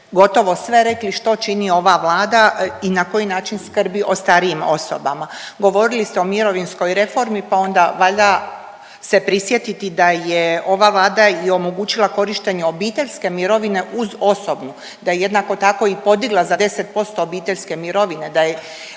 gotovo sve rekli što čini ova Vlada i na koji način skrbi o starijim osobama. Govorili ste o mirovinskoj reformi, pa onda valja se prisjetiti da je ova Vlada i omogućila korištenje obiteljske mirovine uz osobnu, da je jednako tako i podigla za 10% obiteljske mirovine, da je